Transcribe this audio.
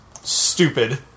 Stupid